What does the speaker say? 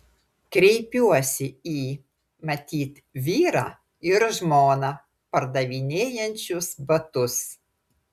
kreipiuosi į matyt vyrą ir žmoną pardavinėjančius batus